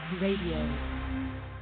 Radio